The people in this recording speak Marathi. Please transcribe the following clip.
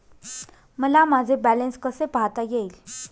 मला माझे बॅलन्स कसे पाहता येईल?